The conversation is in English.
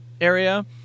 area